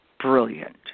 brilliant